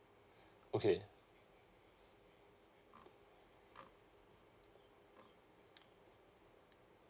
okay